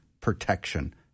protection